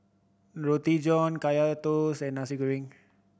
Roti John Kaya Toast and Nasi Goreng